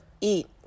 eat